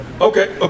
Okay